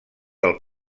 del